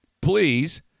please